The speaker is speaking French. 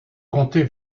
comptais